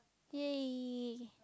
!yay!